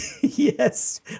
yes